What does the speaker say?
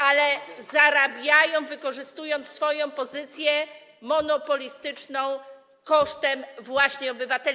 Ale zarabiają, wykorzystując swoją pozycję monopolistyczną, kosztem właśnie obywateli.